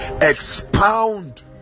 expound